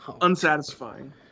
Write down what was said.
Unsatisfying